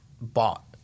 bought